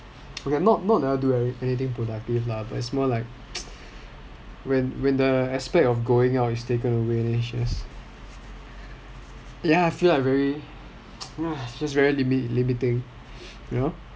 okay lah not never do anything productive lah but it's more like when the aspect of going out is taken away it's just ya I feel like very it's just very limiting you know